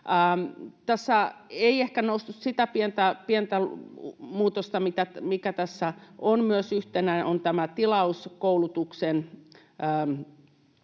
Tässä ei ehkä noussut sitä pientä muutosta, mikä tässä on myös yhtenä, eli näitä tilauskoulutukseen